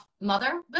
Mother